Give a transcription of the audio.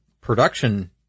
production